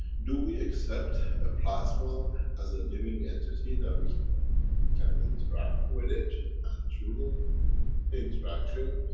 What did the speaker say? do we accept a plasma as a living entity that we can interact with it? and through the interaction,